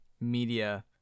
media